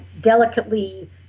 delicately